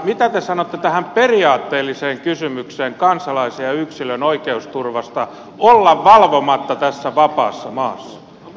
mitä te sanotte tähän periaatteelliseen kysymykseen kansalaisen ja yksilön oikeusturvasta olla valvomatta tässä vapaassa maassa